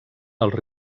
els